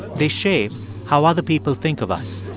they shape how other people think of us